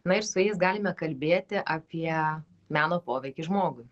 na ir su jais galime kalbėti apie meno poveikį žmogui